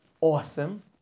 awesome